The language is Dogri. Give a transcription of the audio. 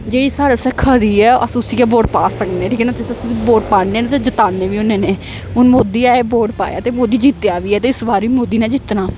जेह्ड़ी साढ़े असें खरी ऐ अस उसी गै वोट पा सकने ठीक ऐ न बोट पाने न ते जतााने बी होन्ने हून मोदी ऐ एह् वोट पाया ते मोदी जित्तेआ बी ऐ ते इस बारी मोदी नेै जित्तना